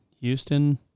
Houston